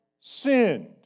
sinned